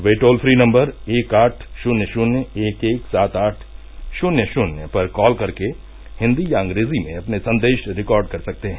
वे toll free number एक आठ शुन्य शुन्य एक एक सात आठ शुन्य शुन्य पर कॉल करके हिन्दी या अंग्रेजी में अपने संदेश रिकॉर्ड कर सकते हैं